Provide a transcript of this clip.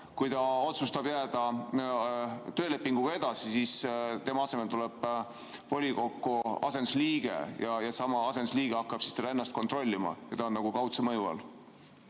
töötaja otsustab jääda töölepinguga edasi, siis tema asemele tuleb volikokku asendusliige. Seesama asendusliige hakkab siis teda ennast kontrollima ja ta on nagu kaudse mõju all.